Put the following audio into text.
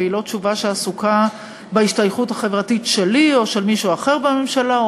ולא תשובה שעסוקה בהשתייכות החברתית שלי או של מישהו אחר בממשלה,